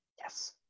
Yes